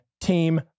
Team